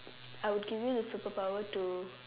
I would give you the superpower to